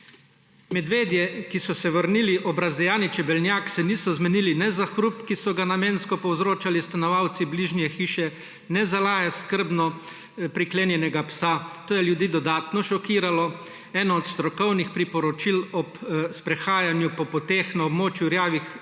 Medvedje, ki so se vrnili ob razdejani čebelnjak, se niso zmenili ne za hrup, ki so ga namensko povzročali stanovalci bližnje hiše, ne za lajež sicer skrbno priklenjenega psa. To je ljudi dodatno šokiralo. Eno od strokovnih priporočil ob sprehajanju po poteh na območju rjavih